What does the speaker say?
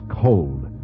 cold